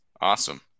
Awesome